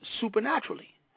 supernaturally